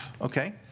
okay